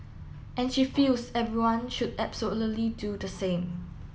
and she feels everyone should absolutely do the same